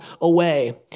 away